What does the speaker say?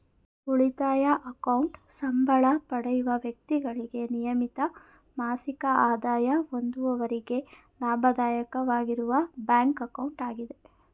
ಉಳಿತಾಯ ಅಕೌಂಟ್ ಸಂಬಳ ಪಡೆಯುವ ವ್ಯಕ್ತಿಗಳಿಗೆ ನಿಯಮಿತ ಮಾಸಿಕ ಆದಾಯ ಹೊಂದಿರುವವರಿಗೆ ಲಾಭದಾಯಕವಾಗಿರುವ ಬ್ಯಾಂಕ್ ಅಕೌಂಟ್ ಆಗಿದೆ